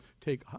take